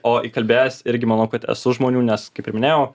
o įkalbėjęs irgi manau kad esu žmonių nes kaip ir minėjau